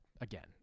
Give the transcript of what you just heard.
again